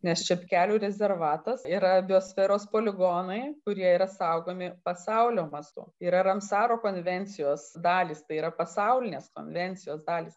nes čepkelių rezervatas yra biosferos poligonai kurie yra saugomi pasaulio mastu yra ramsaro konvencijos dalys tai yra pasaulinės konvencijos dalys